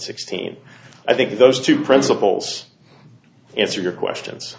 sixteen i think those two principles answer your questions